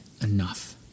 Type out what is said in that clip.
enough